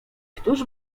któż